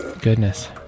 Goodness